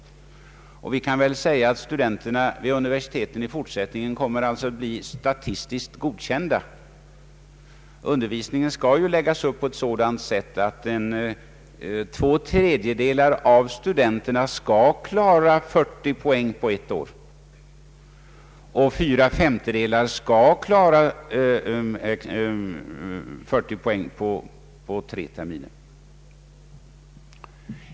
Vi kan alltså säga att studenterna vid universiteten i fortsättningen kommer att bli statistiskt godkända. Undervisningen skall läggas upp så att två tredjedelar av studenterna skall klara 40 poäng på ett år och fyra femtedelar skall klara 40 poäng på tre terminer.